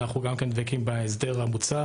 אנחנו גם כן דבקים בהסדר המוצע.